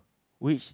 which